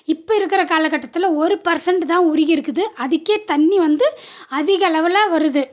இப்போ இருக்கிற காலக்கட்டத்தில் ஒரு பர்சன்ட்டு தான் உருகியிருக்குது அதுக்கே தண்ணி வந்து அதிக அளவில் வருது